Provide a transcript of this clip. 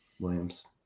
Williams